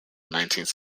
nineteenth